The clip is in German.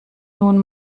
nun